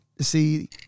see